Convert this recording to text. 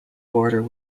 border